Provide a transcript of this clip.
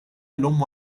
llum